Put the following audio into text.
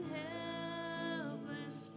helpless